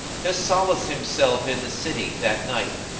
to solace himself in the city that night,